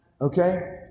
okay